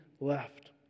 left